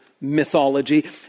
mythology